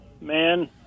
man